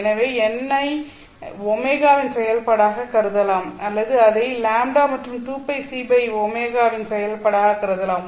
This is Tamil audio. எனவே n ஐ ω இன் செயல்பாடாகக் கருதலாம் அல்லது அதை λ மற்றும் 2πcω இன் செயல்பாடாகக் கருதலாம்